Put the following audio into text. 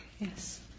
Yes